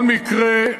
זה לא צריך להפריע.